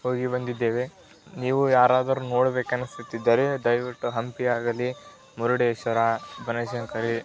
ಹೋಗಿ ಬಂದಿದ್ದೇವೆ ನೀವು ಯಾರಾದರೂ ನೋಡಬೇಕೆನಿಸುತ್ತಿದ್ದರೆ ದಯವಿಟ್ಟು ಹಂಪಿ ಆಗಲಿ ಮುರುಡೇಶ್ವರ ಬನಶಂಕರಿ